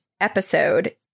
episode